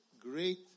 great